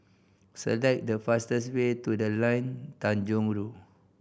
select the fastest way to The Line Tanjong Rhu